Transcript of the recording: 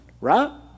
right